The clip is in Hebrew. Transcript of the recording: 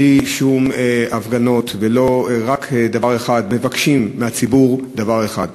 בלי שום הפגנות, ומבקשים מהציבור רק דבר אחד.